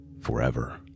forever